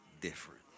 different